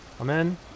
Amen